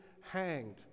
hanged